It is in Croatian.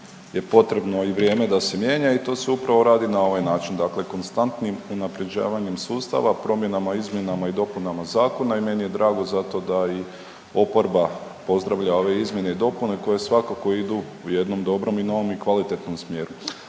je potrebno i vrijeme da se mijenja i to se upravo radi na ovaj način, dakle konstantnim unapređavanjem sustava, promjenama, izmjenama i dopunama zakona i meni je drago zato da i oporba pozdravlja ove izmjene i dopune koje svakako idu u jednom dobrom i novom i kvalitetnom smjeru.